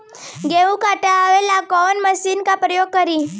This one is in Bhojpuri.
गेहूं काटे ला कवन मशीन का प्रयोग करी?